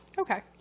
Okay